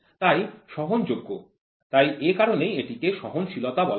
তাই সহনযোগ্য তাই এ কারণেই এটিকে সহনশীলতা বলা হয়